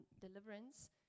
deliverance